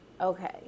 Okay